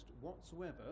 whatsoever